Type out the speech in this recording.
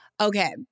Okay